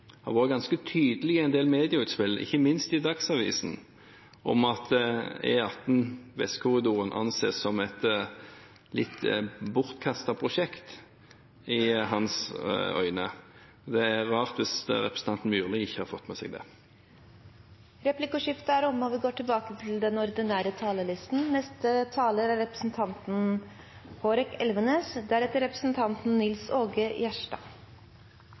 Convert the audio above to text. har vært ganske tydelig i en del medieutspill, ikke minst i Dagsavisen, om at E18, Vestkorridoren, anses som et litt bortkastet prosjekt i hans øyne. Det er rart hvis representanten Myrli ikke har fått med seg det. Replikkordskiftet er omme. De talere som heretter får ordet, har en taletid på inntil 3 minutter. Å høre SV i debatten om E18 er som å høre Elisabeth Granneman om att og